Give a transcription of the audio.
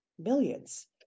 millions